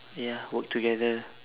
ya work together